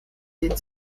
den